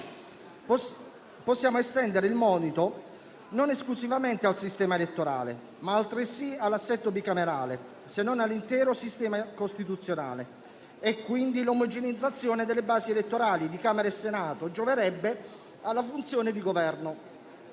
possiamo estendere il monito non esclusivamente al sistema elettorale, ma all'assetto bicamerale, se non all'intero sistema costituzionale. Quindi, l'omogeneizzazione delle basi elettorali di Camera e Senato gioverebbe alla funzione di Governo.